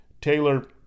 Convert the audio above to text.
Taylor